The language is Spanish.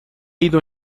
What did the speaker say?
ido